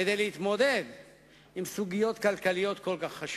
כדי להתמודד עם סוגיות כלכליות כל כך חשובות.